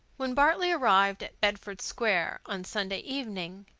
when bartley arrived at bedford square on sunday evening,